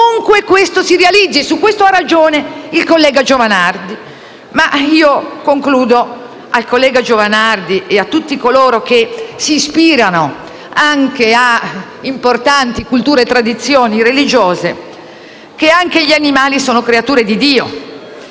ovunque questo si realizzi (su questo ha ragione il collega Giovanardi). Concludo ricordando al collega Giovanardi e a tutti coloro che si ispirano anche a importanti culture e tradizioni religiose, che «anche gli animali sono creature di Dio,